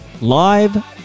live